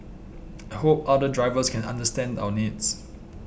I hope other drivers can understand our needs